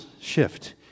shift